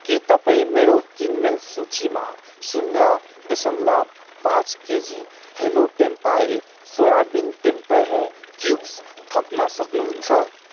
के तपाईँ मेरो किनमेल सूचीमा शून्य दशमलव पाँच KG hello tempeh soybean tempeh cubes थप्न सक्नु हुन्छ